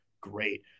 great